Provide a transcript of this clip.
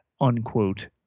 unquote